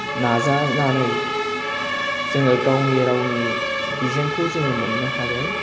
नाजानानै जोङो गावनि रावनि बिजोंखौ जोङो मोनो हाबाय